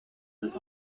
was